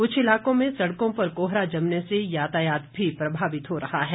कुछ इलाकों में सड़कों पर कोहरा जमने से यातायात भी प्रभावित हो रहा है